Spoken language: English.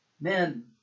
men